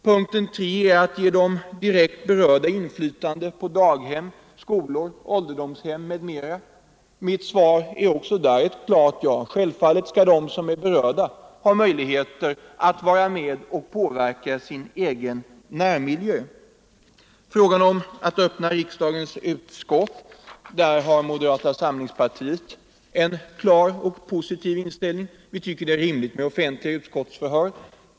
Punkten 3 går ut på att ge de direkt berörda inflytande på daghem, skolor, ålderdomshem m.m. Mitt svar är också i det fallet ett klart ja. Självfallet skall de som är berörda ha möjligheter att vara med och påverka sin egen närmiljö. När det gäller punkten 4, att öppna riksdagens utskott, har moderata samlingspartiet en klar och positiv inställning. Vi tycker att det är riktigt med offentliga utskottsutfrågningar.